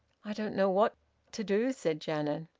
i don't know what to do! said janet.